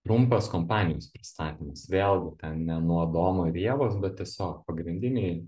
trumpas kompanijos pristatymas vėlgi ten ne nuo adomo ir ievos bet tiesiog pagrindiniai